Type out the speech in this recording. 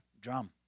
drum